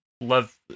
love